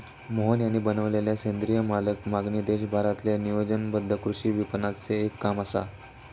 मोहन यांनी बनवलेलला सेंद्रिय मालाक मागणी देशभरातील्या नियोजनबद्ध कृषी विपणनाचे एक काम असा